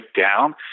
down